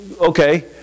okay